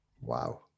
Wow